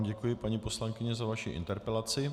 Děkuji vám, paní poslankyně, za vaši interpelaci.